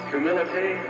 Humility